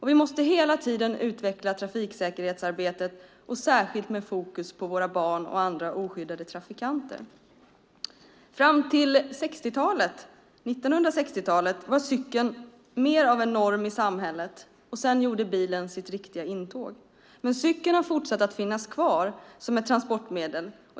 Vi måste hela tiden utveckla trafiksäkerhetsarbetet och särskilt med fokus på våra barn och andra oskyddade trafikanter. Fram till 1960-talet var cykeln mer av en norm i samhället. Sedan gjorde bilen sitt riktiga intåg. Men cykeln har fortsatt att finnas kvar som ett transportmedel.